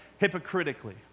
hypocritically